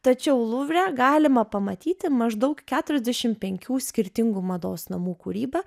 tačiau luvre galima pamatyti maždaug keturiasdešimt penkių skirtingų mados namų kūrybą